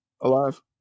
alive